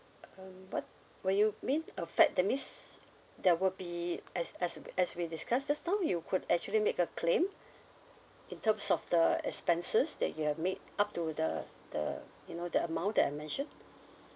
um what when you mean affect that means there will be as as as we discussed just now you could actually make a claim in terms of the expenses that you have made up to the the you know the amount that I mentioned